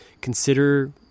consider